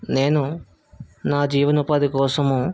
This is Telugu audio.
నేను నా జీవనోపాధి కోసము